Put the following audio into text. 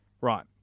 Right